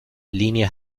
líneas